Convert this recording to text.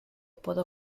puedo